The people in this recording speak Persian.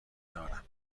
دارم